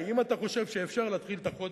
אם אתה חושב שאפשר להתחיל את החודש,